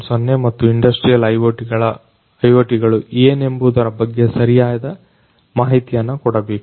0 ಮತ್ತು industrial IoT ಗಳು ಏನೆಂಬುದರ ಬಗ್ಗೆ ಸರಿಯಾದ ಮಾಹಿತಿಯನ್ನು ಕೊಡಬೇಕು